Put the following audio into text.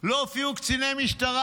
לא הופיעו קציני משטרה.